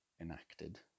enacted